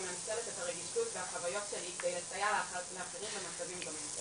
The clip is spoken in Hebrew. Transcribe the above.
ומנצלת את הרגישות והחוויות שלי כדי לסייע לאחרים במצבים דומים.